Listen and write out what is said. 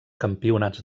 campionats